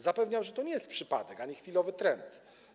Zapewniam, że to nie jest przypadek ani chwilowy trend.